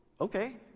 okay